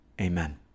Amen